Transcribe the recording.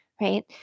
right